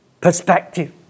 perspective